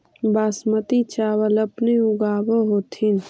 बासमती चाबल अपने ऊगाब होथिं?